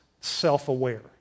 self-aware